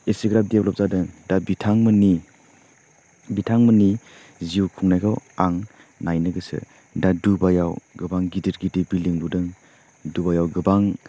इसिग्राब develop जादों दा बिथांमोननि बिथांमोननि जिउ खुंनायखौ आं नायनो गोसो दा डुबाइयाव गोबां गिदिर गिदिर बिल्डिं लुदों डुबाइयाव गोबां